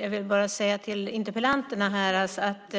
Jag vill säga till interpellanterna att